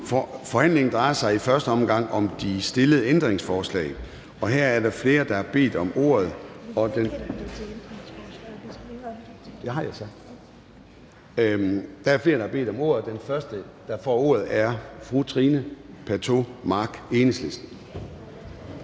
Forhandlingen drejer sig i første omgang om de stillede ændringsforslag, og her er der flere, der har bedt om ordet. Den første, der får ordet, er fru Trine Pertou Mach, Enhedslisten.